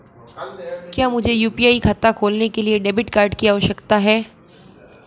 क्या मुझे यू.पी.आई खाता खोलने के लिए डेबिट कार्ड की आवश्यकता है?